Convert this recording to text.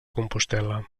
compostel·la